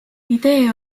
idee